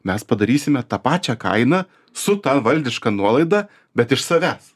mes padarysime tą pačią kainą su ta valdiška nuolaida bet iš savęs